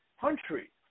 country